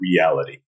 Reality